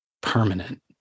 permanent